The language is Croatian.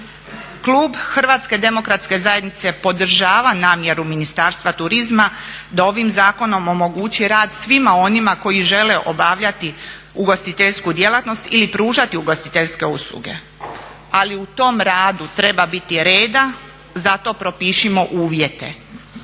Klub HDZ-a podržava namjeru Ministarstva turizma da ovim zakonom omogući rad svima onima koji žele obavljati ugostiteljsku djelatnost ili pružati ugostiteljske usluge, ali u tom radu treba biti reda zato propišimo uvjete.